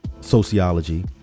sociology